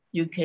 UK